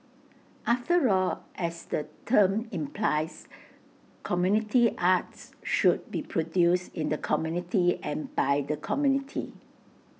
after all as the term implies community arts should be produced in the community and by the community